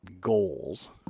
goals